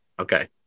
Okay